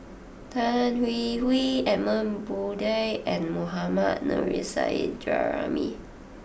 Tan Hwee Hwee Edmund Blundell and Mohammad Nurrasyid Juraimi